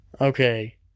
okay